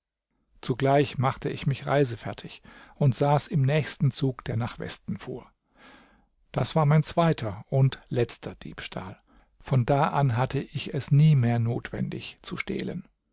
zugleich machte ich mich reisefertig und saß im nächsten zug der nach dem westen fuhr das war mein zweiter und letzter diebstahl von da an hatte ich es nie mehr notwendig zu stehlen